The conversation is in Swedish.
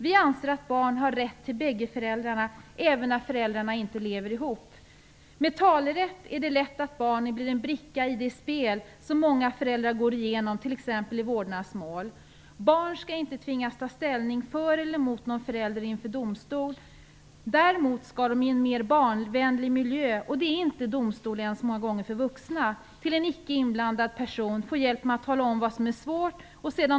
Vi anser att barn har rätt till bägge föräldrarna även när föräldrarna inte lever ihop. Med talerätt är det lätt att barnen blir en bricka i det spel som många föräldrar går igenom t.ex. i vårdnadsmål. Barn skall inte tvingas ta ställning för eller emot någon förälder inför domstol. Däremot skall de i en mer barnvänlig miljö - domstolen är många gånger inte någon vänlig miljö ens för vuxna - av en icke inblandad peson få hjälp med att tala om vad som är svårt.